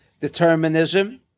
Determinism